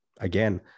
again